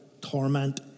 torment